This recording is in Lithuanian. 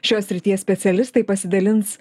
šios srities specialistai pasidalins